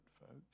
folks